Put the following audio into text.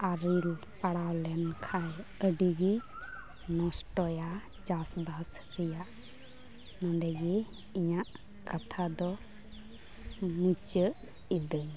ᱟᱨᱮᱞ ᱯᱟᱲᱟᱣ ᱞᱮᱱ ᱠᱷᱟᱱ ᱟᱹᱰᱤᱜᱮᱭ ᱱᱚᱥᱴᱚᱭᱟ ᱪᱟᱥᱵᱟᱥ ᱨᱮᱭᱟᱜ ᱚᱸᱰᱮ ᱜᱤ ᱤᱧᱟᱹᱜ ᱠᱟᱛᱷᱟ ᱫᱚ ᱢᱩᱪᱟᱹᱫ ᱮᱫᱟᱹᱧ